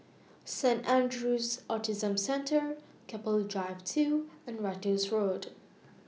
Saint Andrew's Autism Centre Keppel Drive two and Ratus Road